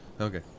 okay